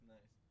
Nice